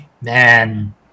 Man